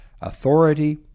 authority